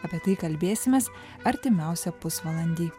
apie tai kalbėsimės artimiausią pusvalandį